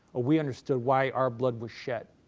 we understood why our blood was shed.